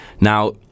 now